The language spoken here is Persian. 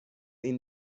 این